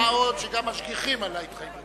מה עוד שגם משגיחים על ההתחייבות.